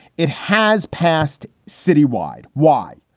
it has passed citywide. why?